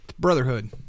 Brotherhood